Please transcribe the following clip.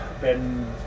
Ben